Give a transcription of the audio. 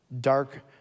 dark